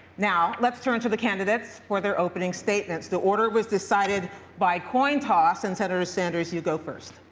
now let's turn to the candidates for their opening statements. the order was decided by coin toss. and, senator sanders, you go first.